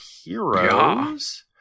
heroes